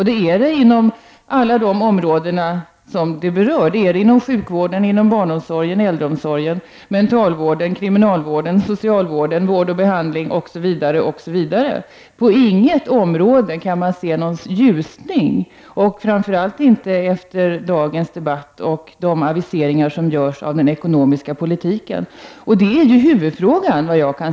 Krisen är akut inom alla de områden som detta berör, inom sjukvården, barnomsorgen, äldreomsorgen, mentalvården, kriminalvården, socialvården, vård och behandling, osv. Man kan inte på något område se någon ljusning, och framför allt inte efter dagens debatt och de aviseringar som görs när det gäller den ekonomiska politiken. Det är ju, såvitt jag förstår, huvudfrågan.